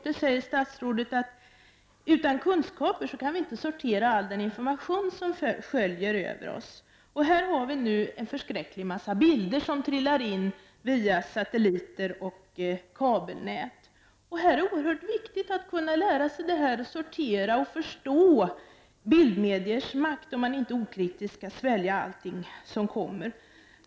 Där säger statsrådet att utan kunskaper kan vi inte sortera all den information som sköljer över oss. En förskräcklig mängd bilder trillar in via satelliter och kabelnät. Det är oerhört viktigt att kunna lära sig att sortera och förstå bildmediers makt och att man inte okritiskt skall svälja allting.